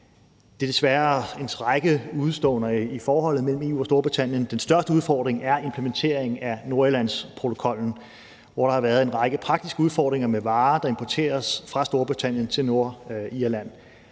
Der er desværre en række udeståender med hensyn til forholdet mellem EU og Storbritannien. Den største udfordring er implementeringen af Nordirlandsprotokollen, hvor der har været en række praktiske udfordringer med varer, der importeres fra Storbritannien til Nordirland.